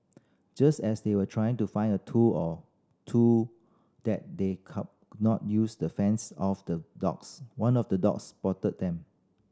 just as they were trying to find a tool or two that they not use to fends off the dogs one of the dogs spotted them